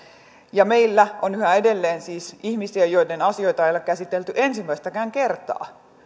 ja meillä on yhä edelleen siis ihmisiä joiden asioita ei ole käsitelty ensimmäistäkään kertaa